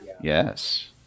Yes